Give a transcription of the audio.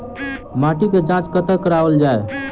माटिक जाँच कतह कराओल जाए?